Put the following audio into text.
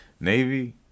navy